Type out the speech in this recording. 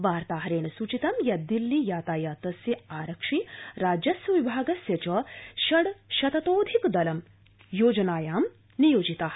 वार्ताहरेण सूचितं यत् दिल्ली यातायातस्य आरक्षि राजस्व विभागस्य च षड शततोऽधिक दलं योजनायां नियोजिता